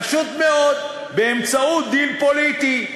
פשוט מאוד, באמצעות דיל פוליטי.